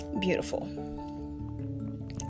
beautiful